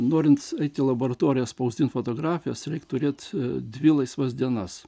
norint eiti į laboratoriją spausdint fotografijas reik turėt dvi laisvas dienas